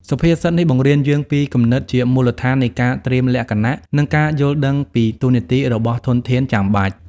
សុភាសិតនេះបង្រៀនយើងពីគំនិតជាមូលដ្ឋាននៃការត្រៀមលក្ខណៈ និងការយល់ដឹងពីតួនាទីរបស់ធនធានចាំបាច់។